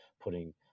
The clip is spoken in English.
putting